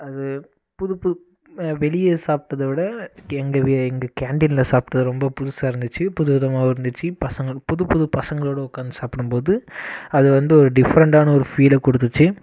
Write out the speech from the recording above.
அது புது புது வெளியே சாப்பிட்டத விட எங்கள் வீ எங்கள் கேண்டீனில் சாப்பிட்டது ரொம்ப புதுசாக இருந்துச்சு புதுவிதமாகவும் இருந்துச்சு பசங்களும் புது புது பசங்களோடு உட்காந்து சாப்பிடும் போது அது வந்து ஒரு டிஃப்ரெண்ட்டான ஒரு ஃபீல் கொடுத்துச்சி